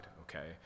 okay